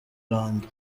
lando